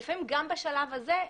לפעמים גם בשלב הזה,